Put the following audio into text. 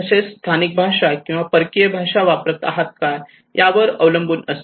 तसेच स्थानिक भाषा किंवा परकीय भाषा वापरत आहात यावर अवलंबून असते